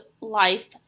life